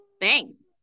Thanks